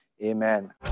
Amen